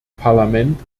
parlament